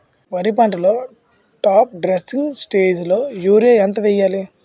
వరి పంటలో top dressing స్టేజిలో యూరియా ఎంత వెయ్యాలి?